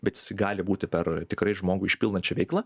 bet jisai gali būti per tikrai žmogų išpildančią veiklą